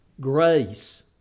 grace